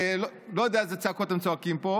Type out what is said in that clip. לא יודע איזה צעקות אתם צועקים פה,